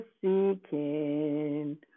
seeking